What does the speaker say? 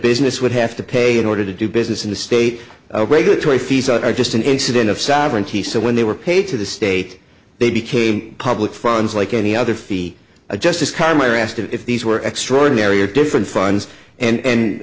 business would have to pay in order to do business in the state regulatory fees are just an incident of sovereignty so when they were paid to the state they became public funds like any other fee a justice card i asked if these were extraordinary or different funds and